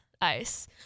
ice